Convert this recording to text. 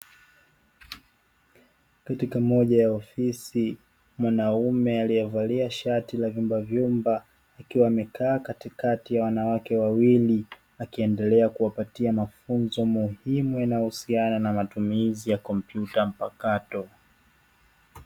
Katika moja ya ofisi mwanaume aliyevalia shati la vyumba vyumba akiwa amekaa katikati ya wanawake wawili akiendelea kuwapatia mafunzo muhimu yanayohusiana na matumizi ya kompyuta mpakato.